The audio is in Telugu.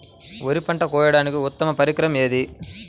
వరి పంట కోయడానికి ఉత్తమ పరికరం ఏది?